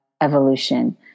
evolution